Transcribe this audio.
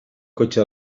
cotxe